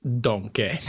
Donkey